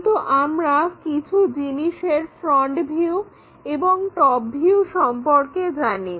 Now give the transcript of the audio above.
কিন্তু আমরা কিছু জিনিসের ফ্রন্ট ভিউ এবং টপ ভিউ সম্পর্কে জানি